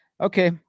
Okay